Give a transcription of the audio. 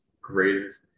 greatest